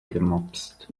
gemopst